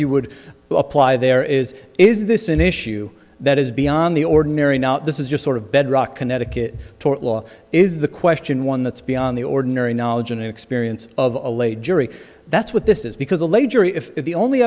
you would apply there is is this an issue that is beyond the ordinary now this is just sort of bedrock connecticut tort law is the question one that's beyond the ordinary knowledge and experience of a late jury that's what this is because